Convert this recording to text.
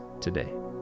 today